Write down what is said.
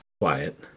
Quiet